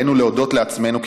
עלינו להודות לעצמנו,